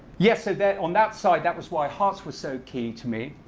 yeah, so then on that side, that was why hearts were so key to me.